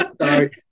sorry